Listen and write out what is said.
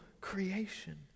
creation